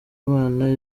imana